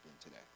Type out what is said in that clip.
today